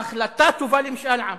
ההחלטה תובא למשאל עם.